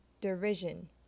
derision